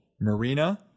Marina